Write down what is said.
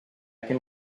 can